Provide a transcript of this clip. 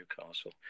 Newcastle